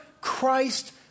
Christ